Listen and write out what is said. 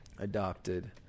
adopted